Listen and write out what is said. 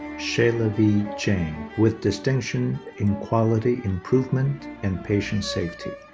shailavi jain with distinction in quality improvement and patient safety.